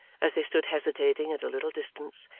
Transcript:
as they stood hesitating at a little distance,